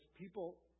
people